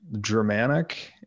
Germanic